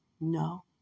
No